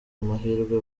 amahirwe